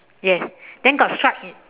yes then got stripe in